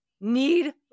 need